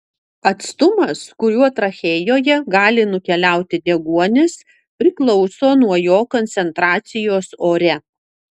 atstumas kuriuo trachėjoje gali nukeliauti deguonis priklauso nuo jo koncentracijos ore